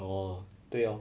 oh 对 lor